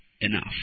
enough